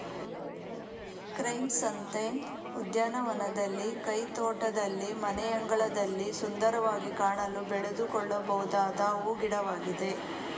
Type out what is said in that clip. chrysanthemum ಉದ್ಯಾನವನದಲ್ಲಿ, ಕೈತೋಟದಲ್ಲಿ, ಮನೆಯಂಗಳದಲ್ಲಿ ಸುಂದರವಾಗಿ ಕಾಣಲು ಬೆಳೆದುಕೊಳ್ಳಬೊದಾದ ಹೂ ಗಿಡವಾಗಿದೆ